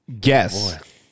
guess